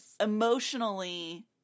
Emotionally